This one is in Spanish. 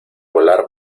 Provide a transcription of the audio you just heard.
volar